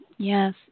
Yes